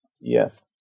Yes